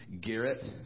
Garrett